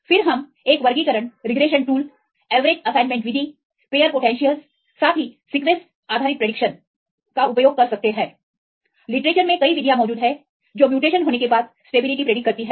फिर हम एक वर्गीकरण रिग्रेशन टूल एवरेज असाइनमेंट विधि पेयर पोटेंशियलस साथ ही सीक्वेंसआधारित प्रिडिक्टशन का उपयोग कर सकते हैं लिटरेचर में कई विधियां मौजूद है जो म्यूटेशन होने के बाद स्टेबिलिटी प्रिडिक्ट करती हैं